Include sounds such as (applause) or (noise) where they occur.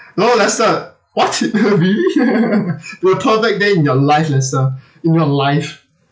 no lester what (laughs) really (laughs) you were told back then in your life lester in your life